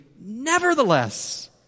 nevertheless